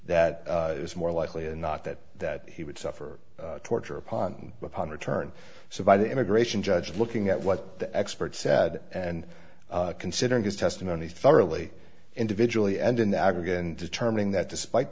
that it was more likely than not that that he would suffer torture upon upon return so by the immigration judge looking at what the expert said and considering his testimony fairly individually and in the aggregate and determining that despite